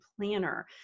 planner